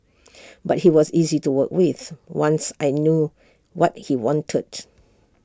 but he was easy to work with once I knew what he wanted